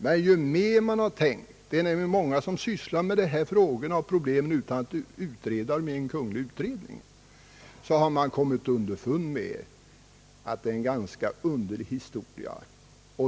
Men ju mer över huvud taget inte ha med frågan man har tänkt — det är nämligen många som sysslat med dessa problem utan hjälp av en kungl. utredning — har man kommit underfund med att det är en ganska underlig historia.